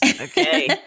okay